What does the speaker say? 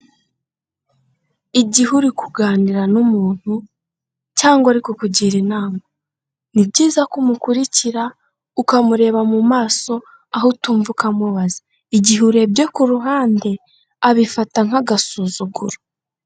Igihe uri kuganira n'umuntu cyangwa ari kukugira inama, ni byiza ko umukurikira, ukamureba mu maso, aho utumva ukamubaza, igihe urebye ku ruhande abifata nk'agasuzuguro.